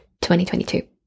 2022